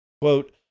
Quote